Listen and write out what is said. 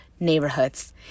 neighborhoods